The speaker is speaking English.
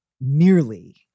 merely